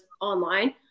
online